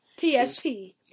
PSP